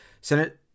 Senate